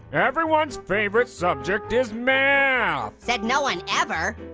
everyone's favorite subject is math. said no one ever.